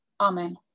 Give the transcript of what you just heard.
amen